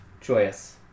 Joyous